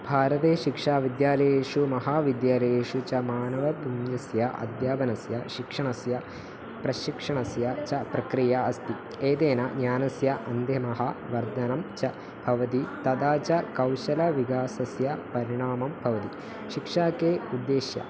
भारते शिक्षाविद्यालयेषु महाविद्यालयेषु च मानवतुल्यस्य अध्यापनस्य शिक्षणस्य प्रशिक्षणस्य च प्रक्रिया अस्ति एतेन ज्ञानस्य अन्तिमः वर्धनं च भवति तथा च कौशलविकासस्य परिणामं भवति शिक्षके उद्देश्य